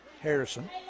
Harrison